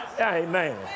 Amen